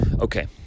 Okay